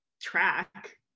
track